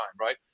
right